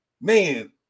man